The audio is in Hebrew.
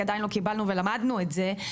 כי עדיין לא קיבלנו ולמדנו את זה,